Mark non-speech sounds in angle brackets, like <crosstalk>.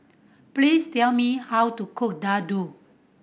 please tell me how to cook <unintelligible>